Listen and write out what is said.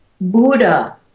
Buddha